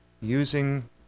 using